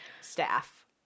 staff